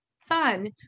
son